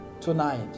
tonight